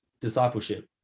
discipleship